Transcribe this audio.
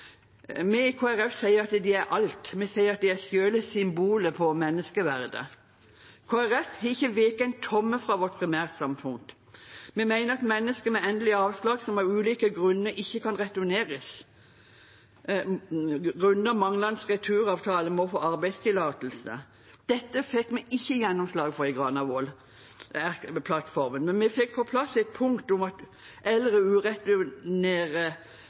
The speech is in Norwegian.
Vi i Kristelig Folkeparti sier at de er alt. Vi sier at de er selve symbolet på menneskeverdet. Kristelig Folkeparti har ikke veket en tomme fra vårt primærstandpunkt. Vi mener at mennesker med endelig avslag som av ulike grunner ikke kan returneres grunnet manglende returavtale, må få arbeidstillatelse. Dette fikk vi ikke gjennomslag for i Granavolden-plattformen, men vi fikk på plass et punkt om at eldre